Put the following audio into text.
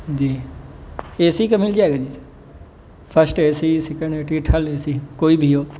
G A C کا مل جائے گا جی sir first A C second A C third A C کوئی بھی ہو